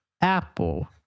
apple